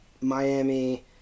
Miami